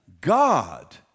God